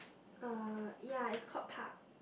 uh ya it's called park